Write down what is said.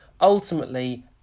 ultimately